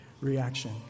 reaction